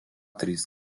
trys